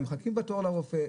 הם מחכים בתור לרופא,